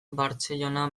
barcellona